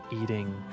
eating